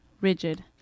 rigid